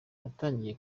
natangiye